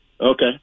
Okay